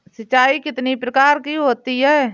सिंचाई कितनी प्रकार की होती हैं?